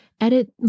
edit